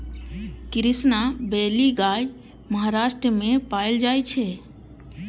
Krishna valley गाय महाराष्ट्र मे पाएल जाइ छै